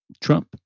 Trump